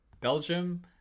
Belgium